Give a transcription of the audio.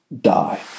die